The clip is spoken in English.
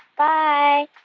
bye